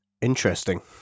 Interesting